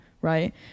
Right